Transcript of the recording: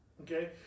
Okay